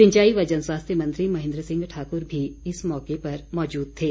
सिंचाई व जनस्वास्थ्य मंत्री महेंद्र सिंह ठाकुर भी इस मौके पर मौजूद थे